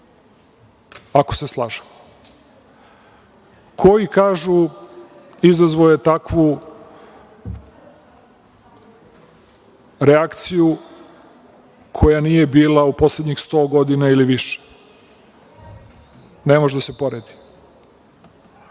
ako se slažemo, koji kažu, izazvao je takvu reakciju koja nije bila u poslednjih sto godina ili više. Ne može da se poredi.